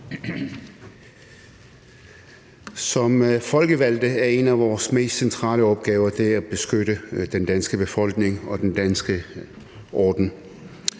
Som folkevalgte er en af vores mest centrale opgaver at beskytte den danske befolkning og den danske orden.